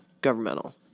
governmental